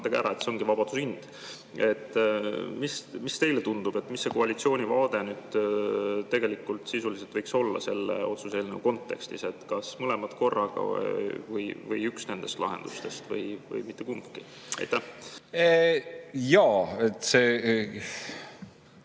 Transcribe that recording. et see ongi vabaduse hind. Kuidas teile tundub, mis see koalitsiooni vaade sisuliselt võiks olla selle otsuse eelnõu kontekstis? Kas mõlemad korraga või üks nendest lahendustest või mitte kumbki? Aitäh,